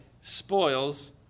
spoils